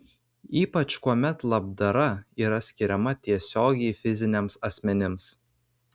ypač kuomet labdara yra skiriama tiesiogiai fiziniams asmenims